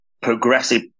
progressive